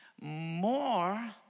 more